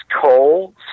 coal